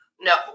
No